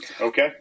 Okay